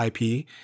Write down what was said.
IP